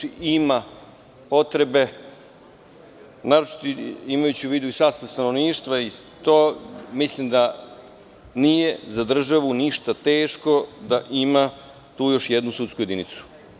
Ima potrebe, naročito imajući u vidu sastav stanovništva i mislim da nije za držanu ništa teško da ima još jednu sudsku jedinicu.